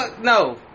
no